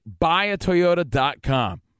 BuyAToyota.com